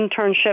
internship